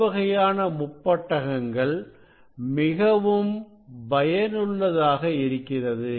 இவ்வகையான முப்பட்டகங்கள் மிகவும் பயனுள்ளதாக இருக்கிறது